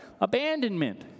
Abandonment